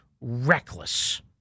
reckless